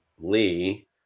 Lee